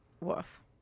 Woof